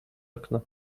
okno